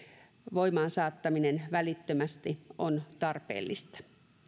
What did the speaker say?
voimaansaattaminen välittömästi on tarpeellista